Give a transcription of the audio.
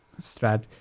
strat